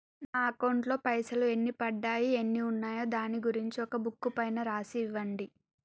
నా అకౌంట్ లో పైసలు ఎన్ని పడ్డాయి ఎన్ని ఉన్నాయో దాని గురించి ఒక బుక్కు పైన రాసి ఇవ్వండి?